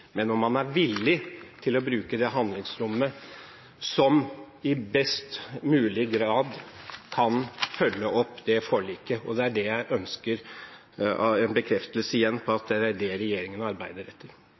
men om man er villig til å bruke det handlingsrommet som i best mulig grad kan følge opp det forliket, og det er det jeg igjen ønsker en bekreftelse på at regjeringen arbeider etter.